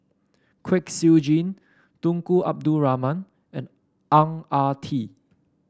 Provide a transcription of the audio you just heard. Kwek Siew Jin Tunku Abdul Rahman and Ang Ah Tee